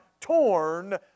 torn